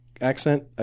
accent